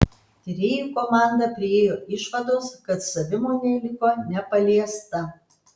tyrėjų komanda priėjo išvados kad savimonė liko nepaliesta